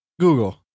google